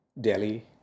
Delhi